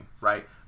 right